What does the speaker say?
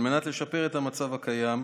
על מנת לשפר את המצב הקיים,